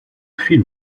film